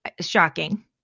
shocking